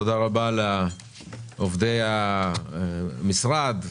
תודה רבה לעובדי המשרד,